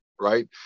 right